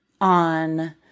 on